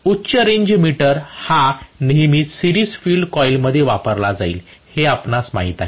उच्च ranger meter हा नेहमीच सिरीज फील्ड कॉइलमध्ये वापरला जाईल हे आपणास माहित आहे